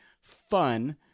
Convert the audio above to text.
fun